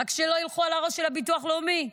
רק שלא ילכו על הראש של הביטוח הלאומי.